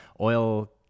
oil